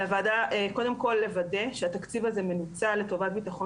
על הוועדה לוודא שהתקציב הזה מנוצל לטובת ביטחון